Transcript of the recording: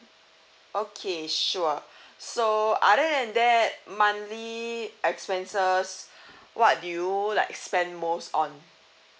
okay sure so other that monthly expenses what do you like spend most on